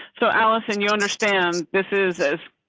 so, allison you understand this is this.